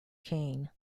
cane